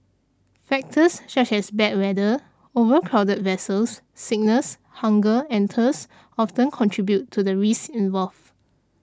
factors such as bad weather overcrowded vessels sickness hunger and thirst often contribute to the risks involved